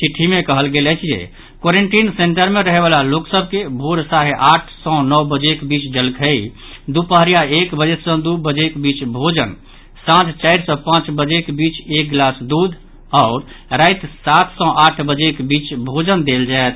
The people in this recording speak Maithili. चिट्ठी मे कहल गेल अछि जे क्वारेंटीन सेंटर मे रहयवला लोक सभ के भोर साढ़े आठ सँ नओ बजेक बीच जलखइ दूपहरिया एक बजे सँ दू बजेक बीच भोजन सांझ चारि सँ पांच बजेक बीच एक गिलास दूध आओर राति सात सँ आठ बजेक बीच भोजन देल जायत